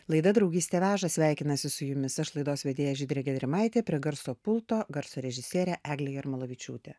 laida draugystė veža sveikinasi su jumis aš laidos vedėja žydrė gedrimaitė prie garso pulto garso režisierė eglė jarmolavičiūtė